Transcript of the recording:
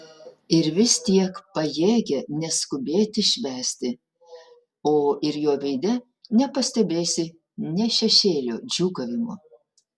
ir vis tiek pajėgia neskubėti švęsti o ir jo veide nepastebėsi nė šešėlio džiūgavimo